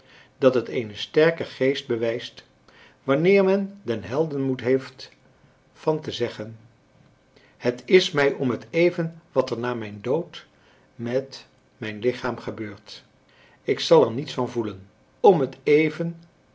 dat het eenen sterken geest bewijst wanneer men den heldenmoed heeft van te zeggen het is mij om het even wat er na mijn dood mei mijn lichaam gebeurt ik zal er niets van voelen om het even